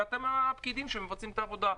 ואתם הפקידים שמבצעים את העבודה.